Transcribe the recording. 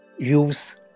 Use